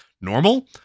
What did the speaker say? normal